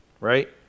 Right